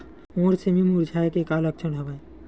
मोर सेमी मुरझाये के का लक्षण हवय?